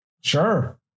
Sure